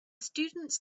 students